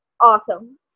awesome